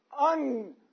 un